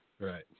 Right